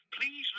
Please